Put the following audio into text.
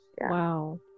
Wow